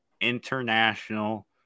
international